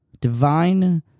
divine